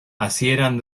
hasieran